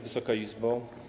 Wysoka Izbo!